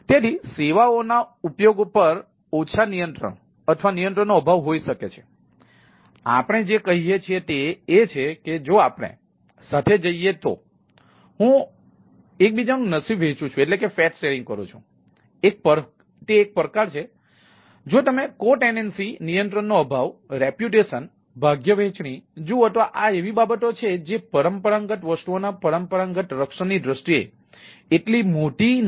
તેથી સેવાઓના ઉપયોગો પર ઓછા નિયંત્રણ ભાગ્યવહેંચણી જુઓ તો આ એવી બાબતો છે જે પરંપરાગત વસ્તુઓના પરંપરાગત રક્ષણની દ્રષ્ટિએ એટલી મોટી રીતે નથી